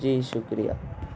جی شکریہ